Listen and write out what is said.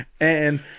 And-